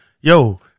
yo